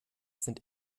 sind